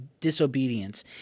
disobedience